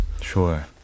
Sure